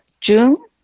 June